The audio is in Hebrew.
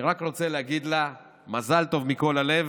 אני רק רוצה להגיד לה מזל טוב מכל הלב.